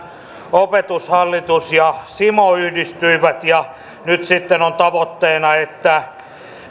opetushallitus ja cimo yhdistyivät ja nyt sitten on tavoitteena että